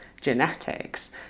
genetics